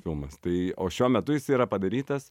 filmas tai o šiuo metu jis yra padarytas